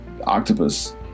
octopus